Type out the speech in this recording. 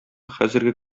хәзерге